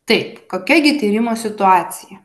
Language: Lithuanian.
taip kokia gi tyrimų situacija